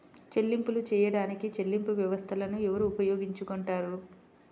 చెల్లింపులు చేయడానికి చెల్లింపు వ్యవస్థలను ఎవరు ఉపయోగించుకొంటారు?